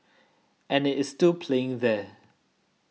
and it is still playing there